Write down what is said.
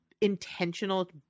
intentional